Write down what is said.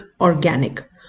organic